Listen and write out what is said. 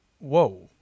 whoa